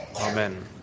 Amen